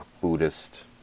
Buddhist